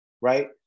right